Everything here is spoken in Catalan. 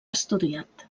estudiat